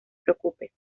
preocupes